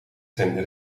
zijn